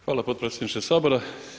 Hvala potpredsjedniče Sabora.